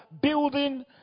building